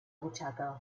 butxaca